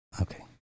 Okay